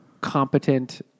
competent